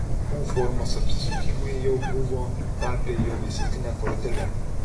u formos apsisukimai jau buvo tapę jo vizitine kortele